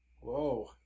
Whoa